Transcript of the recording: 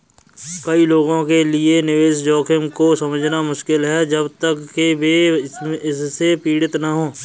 कई लोगों के लिए निवेश जोखिम को समझना मुश्किल है जब तक कि वे इससे पीड़ित न हों